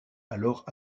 alors